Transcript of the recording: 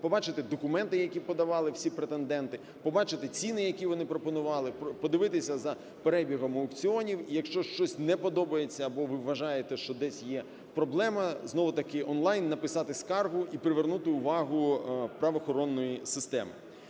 побачити документи, які подавали всі претенденти, побачити ціни, які вони пропонували, подивитися за перебігом аукціонів. І якщо щось не подобається або ви вважаєте, що десь є проблема, знову ж такионлайн написати скаргу і привернути увагу правоохоронної системи.